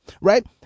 right